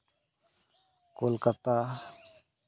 Kolkata